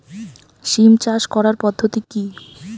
সিম চাষ করার পদ্ধতি কী?